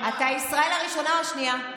אתה ישראל הראשונה או השנייה?